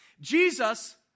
Jesus